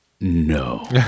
no